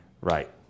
right